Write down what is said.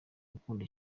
gukunda